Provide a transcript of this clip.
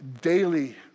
daily